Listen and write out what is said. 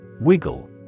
Wiggle